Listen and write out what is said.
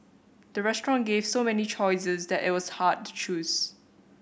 the restaurant gave so many choices that it was hard to choose